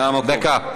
דקה.